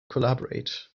collaborate